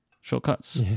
shortcuts